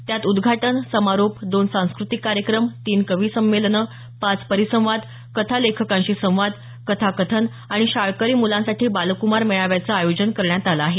त्यात उद्घाटन समारोप दोन सांस्कृतिक कार्यक्रम तीन कविसंमेलन पाच परिसंवाद कथा लेखकांशी संवाद कथाकथन आणि शाळकरी मुलांसाठी बालकुमार मेळाव्याचं आयोजन करण्यात आलं आहे